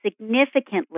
significantly